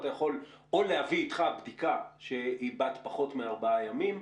אתה יכול או להביא איתך בדיקה בת פחות מארבעה ימים,